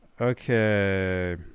Okay